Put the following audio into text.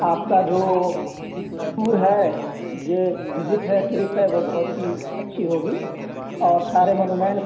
آپ کا جو ٹور ہے یہ وزٹ ہے ٹرپ ہے وہ بہت ہی اچھی ہوگی اور سارے منومینٹس